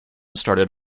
started